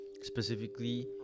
Specifically